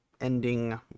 ending